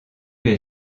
les